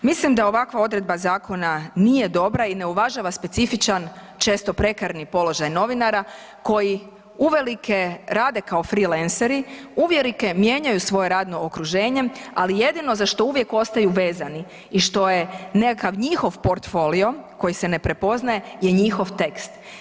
Mislim da ovakva odredba zakona nije dobra i ne uvažava specifičan često prekarni položaj novinara koji uvelike rade kao freelanceri, uvelike mijenjaju svoje radno okruženje ali jedino za što uvijek ostaju vezani i što je nekakav njihov portfolio koji se ne prepoznaje je njihov tekst.